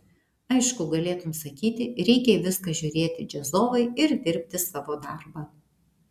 aišku galėtum sakyti reikia į viską žiūrėti džiazovai ir dirbti savo darbą